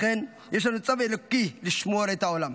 לכן, יש לנו צו אלוקי לשמור את העולם.